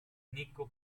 nico